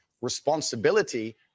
responsibility